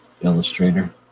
Illustrator